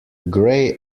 gray